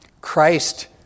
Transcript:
Christ